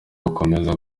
gukomeza